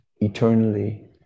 eternally